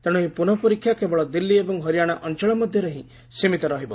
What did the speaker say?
ତେଣୁ ଏହି ପୁନଃ ପରୀକ୍ଷା କେବଳ ଦିଲ୍ଲୀ ଏବଂ ହରିଆଣା ଅଞ୍ଚଳ ମଧ୍ୟରେ ହିଁ ସିମିତ ରହିବ